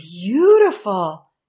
beautiful